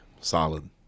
solid